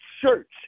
church